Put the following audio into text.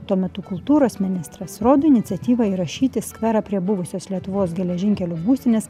tuo metu kultūros ministras rodo iniciatyvą įrašyti skverą prie buvusios lietuvos geležinkelių būstinės